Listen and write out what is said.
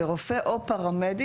ורופא או פרמדיק,